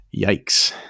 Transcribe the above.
yikes